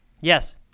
Yes